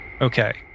Okay